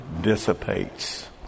dissipates